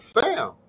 Sam